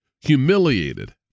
humiliated